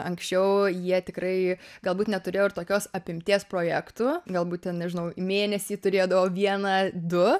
anksčiau jie tikrai galbūt neturėjo ir tokios apimties projektų galbūt nežinau mėnesį turėdavo vieną du